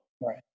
right